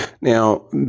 Now